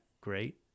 great